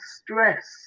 stress